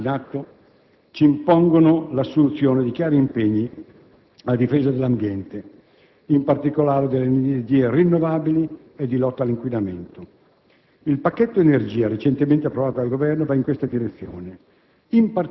I profondi cambiamenti climatici in atto ci impongono l'assunzione di chiari impegni a difesa dell'ambiente, in particolare delle energie rinnovabili e di lotta all'inquinamento.